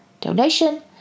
donation